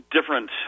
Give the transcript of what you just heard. Different